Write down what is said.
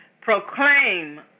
Proclaim